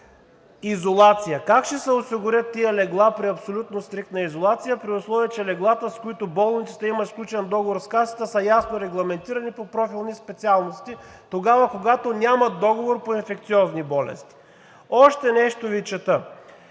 изолация.“ Как ще се осигурят тези легла при абсолютно стриктна изолация, при условие че леглата, с които болницата има сключен договор с Касата, са ясно регламентирани по профилни специалности, тогава, когато нямат договор по инфекциозни болести? Още нещо Ви чета: